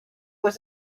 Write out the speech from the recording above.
was